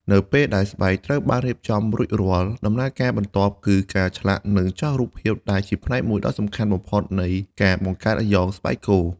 នៅពេលដែលស្បែកត្រូវបានរៀបចំរួចរាល់ ដំណើរការបន្ទាប់គឺការឆ្លាក់និងចោះរូបភាពដែលជាផ្នែកមួយដ៏សំខាន់បំផុតនៃការបង្កើតអាយ៉ងស្បែកគោ។